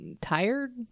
tired